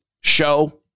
show